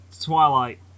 Twilight